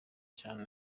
cyane